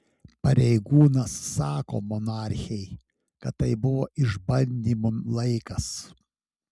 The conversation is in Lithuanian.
pareigūnas sako monarchei kad tai buvo išbandymų laikas